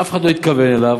אף אחד לא התכוון אליו,